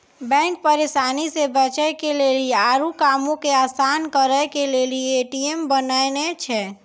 bank परेशानी से बचे के लेली आरु कामो के असान करे के लेली ए.टी.एम बनैने छै